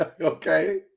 Okay